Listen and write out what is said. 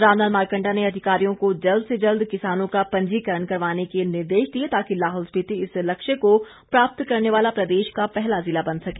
रामलाल मारकंडा ने अधिकारियों को जल्द से जल्द किसानों का पंजीकरण करवाने के निर्देश दिए ताकि लाहौल स्पीति इस लक्ष्य को प्राप्त करने वाला प्रदेश का पहला जिला बन सके